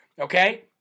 Okay